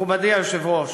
מכובדי היושב-ראש,